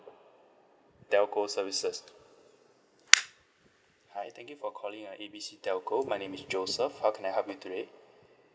telco services hi thank you for calling uh A B C telco my name is joseph how can I help you today